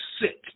sick